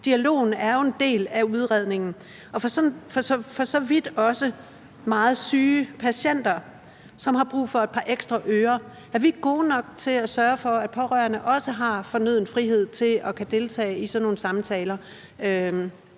dialogen er jo en del af udredningen. Det gælder for så vidt også meget syge patienter, som har brug for et par ekstra ører. Er vi gode nok til at sørge for, at pårørende også har fornøden frihed til at kunne deltage i sådan nogle samtaler,